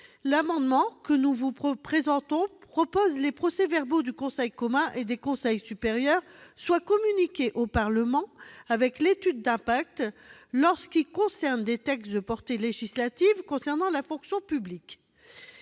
l'amendement que nous présentons tend à ce que les procès-verbaux du Conseil commun et des conseils supérieurs soient communiqués au Parlement, avec l'étude d'impact, lorsqu'ils concernent des textes de portée législative relatifs à la fonction publique.